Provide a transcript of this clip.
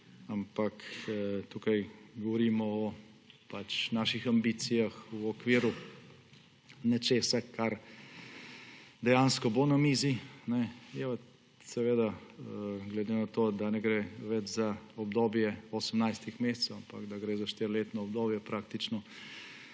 odprto. Tukaj govorimo o naših ambicijah v okviru nečesa, kar dejansko bo na mizi. Je pa seveda glede na to, da ne gre več za obdobje 18 mesecev, ampak da gre za štiriletno obdobje,